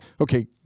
okay